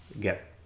get